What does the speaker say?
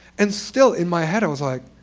and still in my head i was like,